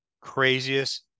craziest